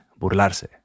burlarse